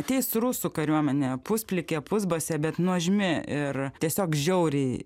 ateis rusų kariuomenė pusplikė pusbasė bet nuožmi ir tiesiog žiauriai